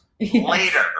Later